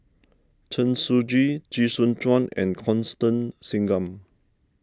Chen Shiji Chee Soon Juan and Constance Singam